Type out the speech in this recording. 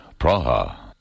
Praha